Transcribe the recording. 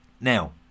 Now